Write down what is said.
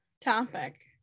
topic